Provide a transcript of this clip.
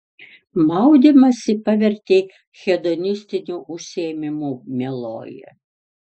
maudymąsi pavertei hedonistiniu užsiėmimu mieloji